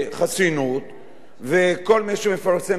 וכל מי שמפרסם את הדברים שנאמרים כאן,